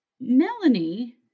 Melanie